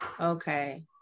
Okay